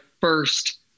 first